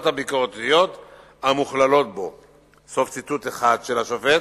הביקורתיות המוכללות בו"; סוף ציטוט אחד של השופט.